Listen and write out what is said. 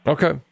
Okay